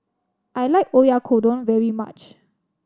I like Oyakodon very much